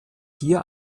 hier